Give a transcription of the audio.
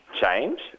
change